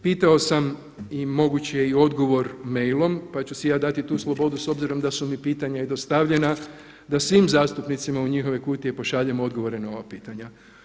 Pitao sam i moguć je i odgovor mailom pa ću si ja dati tu slobodu s obzirom da su mi pitanja i dostavljena da svim zastupnicima u njihove kutije pošaljem odgovore na ova pitanja.